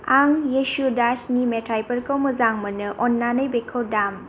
आं येशु दासनि मेथाइफोरखौ मोजां मोनो अन्नानै बेखौ दाम